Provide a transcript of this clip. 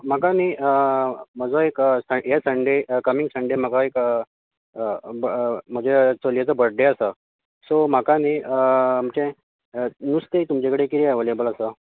म्हाका न्ही म्हजो एक हे संन्डे कमिंग संन्डे म्हाका म्हजें चलयेचो बड्डे आसा सो म्हाका न्ही म्हणजे नुस्तें तुमचे कडेन कितें एवलेबल आसा